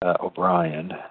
O'Brien